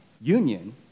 union